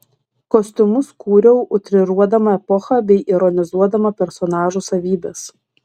kostiumus kūriau utriruodama epochą bei ironizuodama personažų savybes